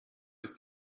ist